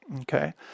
Okay